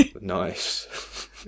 Nice